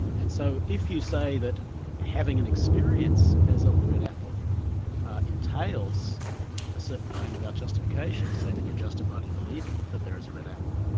and so if you say that having an experience as of a red apple entails a certain claim about justification, say, that you're justified in believing that there is a red apple,